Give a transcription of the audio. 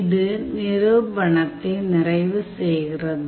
இது நிரூபணத்தை நிறைவு செய்கிறது